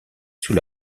sous